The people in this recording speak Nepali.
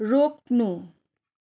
रोक्नु